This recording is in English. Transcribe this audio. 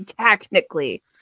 Technically